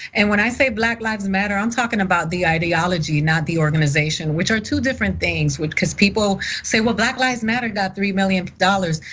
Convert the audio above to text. and when i say black lives matter, i'm talking about the ideology, not the organization, which are two different things. cuz people say well, black lives matter got three million dollars.